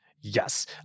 Yes